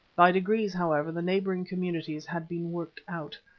by degrees, however, the neighbouring communities had been worked out.